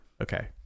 Okay